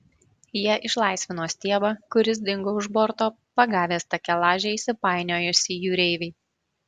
jie išlaisvino stiebą kuris dingo už borto pagavęs takelaže įsipainiojusį jūreivį